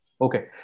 Okay